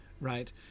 Right